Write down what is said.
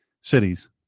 cities